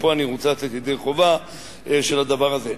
ופה אני רוצה לצאת ידי חובה של הדבר הזה.